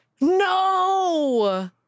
No